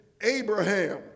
Abraham